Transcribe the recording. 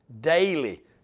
Daily